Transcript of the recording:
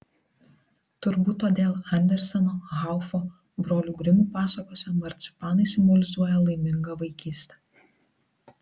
turbūt todėl anderseno haufo brolių grimų pasakose marcipanai simbolizuoja laimingą vaikystę